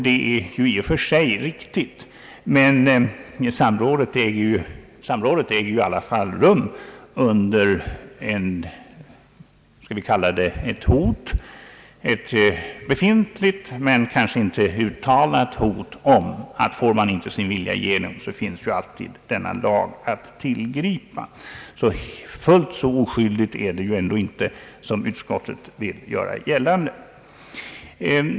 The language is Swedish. Detta är i och för sig riktigt, men samrådet äger i alla fall rum under ett befintligt men inte uttalat hot: får man inte sin vilja igenom så finns alltid denna lag att tillgripa. Detta är alltså inte en fullt så oskyldig företeelse som utskottet vill göra gällande.